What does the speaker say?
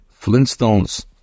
flintstones